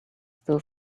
still